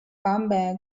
bumbag